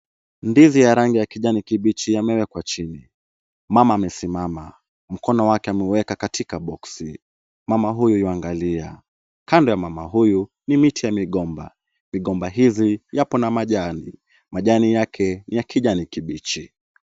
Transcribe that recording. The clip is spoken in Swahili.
Ndizi ya rangi ya kijani kibichi inawekwa chini. Mama amesimama. Mkono wake ameuweka katika boksi. Mama huyo yuangalia. Kando ya mama huyu ni miti ya migomba. Migomba hii ikona majani. Majani yake ni ya kijani kibichi.